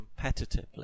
competitively